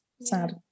sad